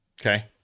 Okay